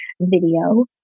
video